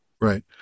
Right